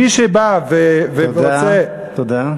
מי שבא ורוצה, תודה, תודה.